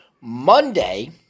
Monday